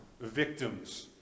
victims